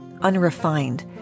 unrefined